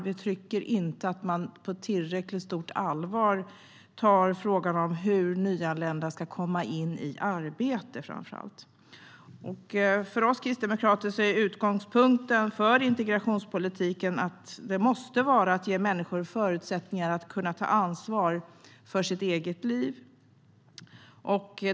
Vi tycker framför allt inte att man tar frågan om hur nyanlända ska komma i arbete på tillräckligt stort allvar. För oss kristdemokrater är utgångspunkten för integrationspolitiken att man måste ge människor förutsättningar att kunna ta ansvar för sitt eget liv.